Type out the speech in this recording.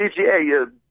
PGA